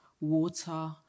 water